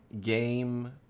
Game